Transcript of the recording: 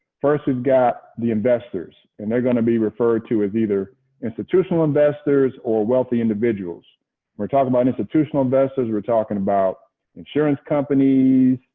first, we've got the investors. and they're going to be referred to as either institutional investors or wealthy individuals. when we're talking about institutional investors, we're talking about insurance companies,